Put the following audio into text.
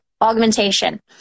augmentation